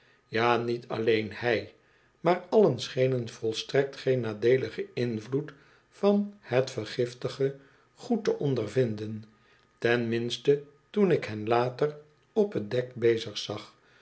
ja niet alleen hij maar allen schenen volstrekt geen nadeeligen invloed van het vergiftige goed te ondervinden ten minste toen ik hen later op het dek bezig zag